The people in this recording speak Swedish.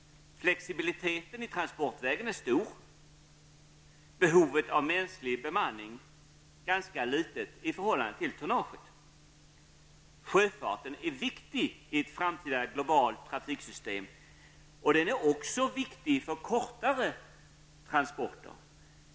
Flexibiliteten i transportvägen är stor. Behovet av mänsklig bemanning är ganska litet i förhållande till tonnaget. Sjöfarten är viktig i ett framtida globalt trafiksystem. Den är också viktig för kortare transporter.